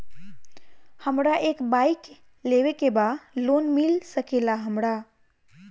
हमरा एक बाइक लेवे के बा लोन मिल सकेला हमरा?